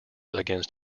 against